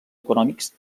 econòmics